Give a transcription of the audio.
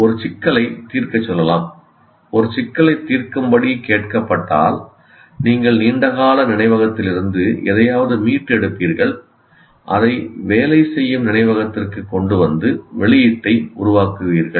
ஒரு சிக்கலைத் தீர்க்கச் சொல்லலாம் ஒரு சிக்கலைத் தீர்க்கும்படி கேட்கப்பட்டால் நீங்கள் நீண்டகால நினைவகத்திலிருந்து எதையாவது மீட்டெடுப்பீர்கள் அதை வேலை செய்யும் நினைவகத்திற்கு கொண்டு வந்து வெளியீட்டை உருவாக்குவீர்கள்